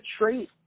trait